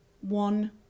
one